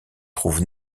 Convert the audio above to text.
trouve